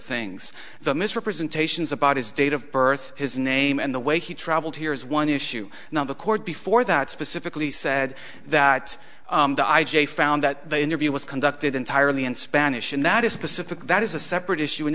things the misrepresentations about his date of birth his name and the way he travelled here is one issue not the court before that specifically said that the i j found that the interview was conducted entirely in spanish and that is specific that is a separate issue and